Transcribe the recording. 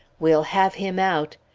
we'll have him out.